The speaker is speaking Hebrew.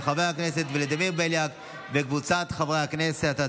של חבר הכנסת ולדימיר בליאק וקבוצת חברי הכנסת.